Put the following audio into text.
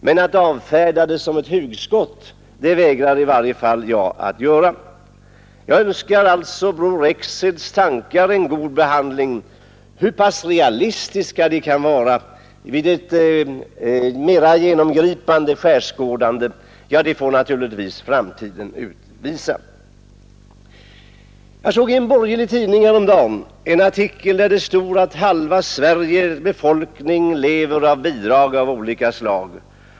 Men att avfärda förslaget som ett hugskott vägrar i varje fall jag att göra. Jag Önskar alltså Bror Rexeds tankar en god behandling. Hur pass realistiska de kan vara vid ett mera genomgripande skärskådande får naturligtvis framtiden utvisa. Jag såg i en borgerlig tidning häromdagen en artikel, där det stod att halva Sveriges befolkning lever av bidrag av olika slag.